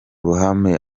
ruhame